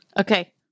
Okay